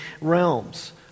realms